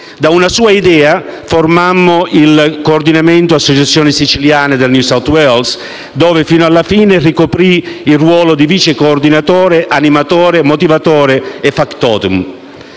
Da una sua idea fondammo il Coordinamento associazioni siciliane del New South Wales, dove fino alla fine ricoprì il ruolo di vice coordinatore, animatore, motivatore e *factotum*.